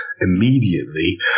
immediately